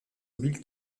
mobile